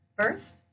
First